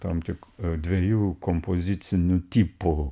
tam tik tarp dviejų kompozicinių tipų